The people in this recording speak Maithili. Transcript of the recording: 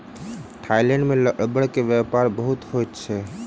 थाईलैंड में रबड़ के व्यापार बहुत होइत अछि